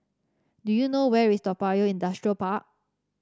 do you know where is Toa Payoh Industrial Park